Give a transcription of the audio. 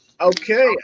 Okay